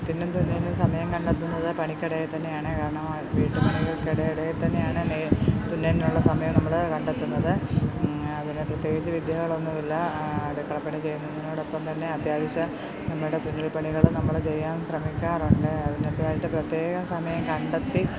നെയ്ത്തിനും തുന്നലിനും സമയം കണ്ടെത്തുന്നത് പണിക്കടയിൽത്തന്നെയാണ് കാരണം വീട്ടുപണിക്കിടയിൽത്തന്നെയാണ് തുന്നലിനുള്ള സമയം നമ്മൾ കണ്ടെത്തുന്നത് അതിന് പ്രത്യേകിച്ച് വിദ്യകളൊന്നുമില്ല അടുക്കളപ്പണി ചെയ്യുന്നതിനോടൊപ്പംതന്നെ അത്യാവശ്യം നമ്മുടെ തുന്നൽപ്പണികളും നമ്മൾ ചെയ്യാൻ ശ്രമിക്കാറുണ്ട് അതിനൊക്കെയായിട്ട് പ്രത്യേകം സമയം കണ്ടെത്തി